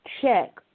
check